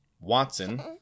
Watson